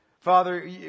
Father